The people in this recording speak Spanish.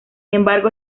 embargo